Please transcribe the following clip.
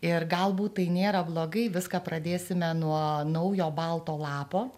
ir galbūt tai nėra blogai viską pradėsime nuo naujo balto lapo